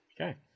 Okay